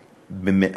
במאת האחוזים.